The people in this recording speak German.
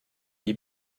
wie